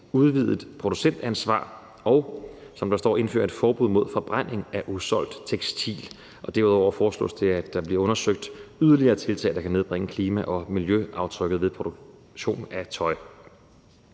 udvidet producentansvar og, som der står, indføre et forbud mod forbrænding af usolgt tekstil. Derudover foreslås det, at der bliver undersøgt yderligere tiltag, der kan nedbringe klima- og miljøaftrykket ved produktion af tøj.